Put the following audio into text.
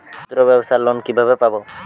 ক্ষুদ্রব্যাবসার লোন কিভাবে পাব?